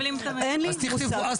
זה הרבה יותר מורכב ממה שאתם חושבים.